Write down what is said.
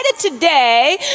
today